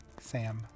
Sam